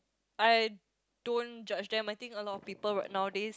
I don't judge them I think a lot of people right nowadays